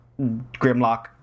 Grimlock